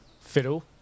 Fiddle